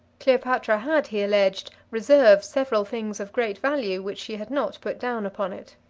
cleopatra had, he alleged, reserved several things of great value, which she had not put down upon it.